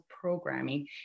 programming